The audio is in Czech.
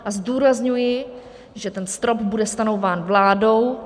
A zdůrazňuji, že ten strop bude stanovován vládou.